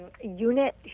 unit